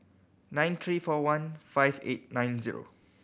nine three four one five eight nine zero